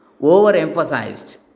overemphasized